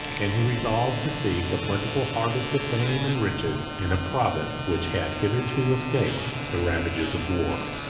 and he resolved to seek a plentiful harvest of fame and riches in a province which had hitherto escaped the ravages of war.